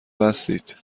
بستید